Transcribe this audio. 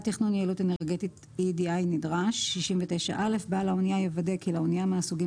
תכנון יעילות אנרגטית (EEDI) כנדרש בעל האנייה יוודא כי לאנייה מהסוגים